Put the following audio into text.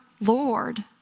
Lord